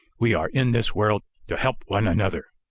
we are in this world to help one another.